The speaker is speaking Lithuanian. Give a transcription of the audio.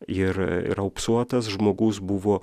ir raupsuotas žmogus buvo